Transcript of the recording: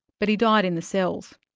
but he died in the cells.